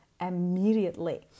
immediately